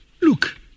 look